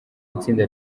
itsinda